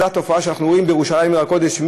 זו התופעה שאנחנו רואים בירושלים עיר הקודש.